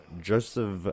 Joseph